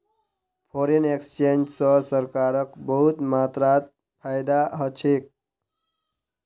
foreign exchange स सरकारक बहुत मात्रात फायदा ह छेक